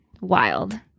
wild